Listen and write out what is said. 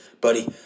Buddy